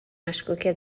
مشکوکه